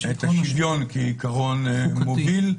שאת השוויון כעיקרון הוא מוביל,